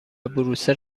بروسل